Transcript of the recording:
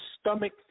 stomach